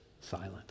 silent